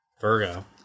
Virgo